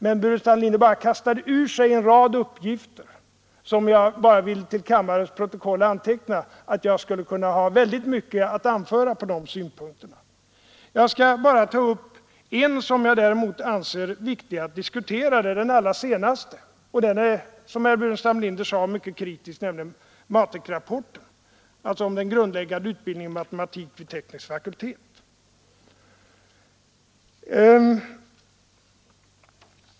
Herr Burenstam Linder kastade bara ur sig en rad uppgifter, och jag vill till kammarens protokoll anteckna att jag skulle ha väldigt många synpunkter att anföra med anledning av detta. Jag skall emellertid bara ta upp en av redovisningarna, som jag anser viktig att diskutera. Det är den allra senaste, och den är — som herr Burenstam Linder sade — mycket kritisk, nämligen MATEK-rapporten om den grundläggande utbildningen i matematik vid teknisk fakultet.